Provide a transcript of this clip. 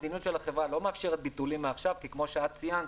המדיניות של החברה לא מאפשרת ביטולים מעכשיו כי כמו שאת ציינת,